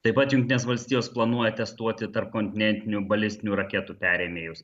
taip pat jungtinės valstijos planuoja testuoti tarpkontinentinių balistinių raketų perėmėjus